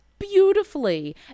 beautifully